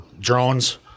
drones